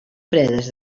fredes